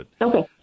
Okay